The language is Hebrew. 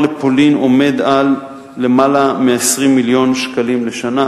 לפולין עומד על למעלה מ-20 מיליון ש"ח לשנה.